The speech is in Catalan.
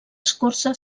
escorça